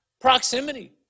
proximity